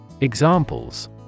Examples